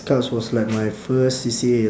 scouts was like my first C_C_A